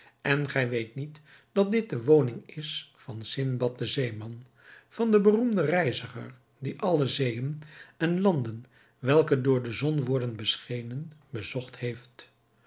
en gij weet niet dat dit de woning is van sindbad den zeeman van den beroemden reiziger die alle zeeën en landen welke door de zon worden beschenen bezocht heeft